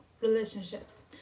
relationships